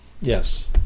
Yes